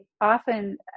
often